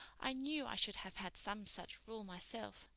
i knew i should have had some such rule myself,